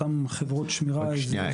אותן חברות שמירה --- רק שנייה,